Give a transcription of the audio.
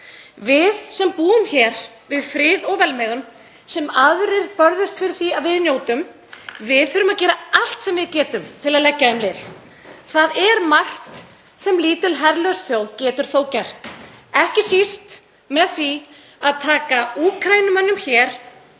Við sem búum hér við frið og velmegun, sem aðrir börðust fyrir því að við njótum, þurfum að gera allt sem við getum til að leggja þeim lið. Það er margt sem lítil herlaus þjóð getur þó gert, ekki síst með því að taka Úkraínumönnum hér